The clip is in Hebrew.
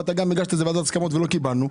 הגשת אותו לוועדת ההסכמות ולא קיבלנו.